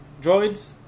droids